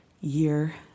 year